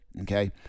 okay